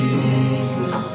Jesus